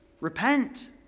Repent